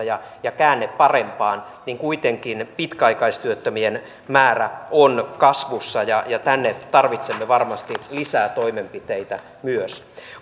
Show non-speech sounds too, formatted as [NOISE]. [UNINTELLIGIBLE] ja ja käänne parempaan niin kuitenkin pitkäaikaistyöttömien määrä on kasvussa ja ja tänne tarvitsemme varmasti lisää toimenpiteitä myös